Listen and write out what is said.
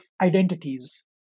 identities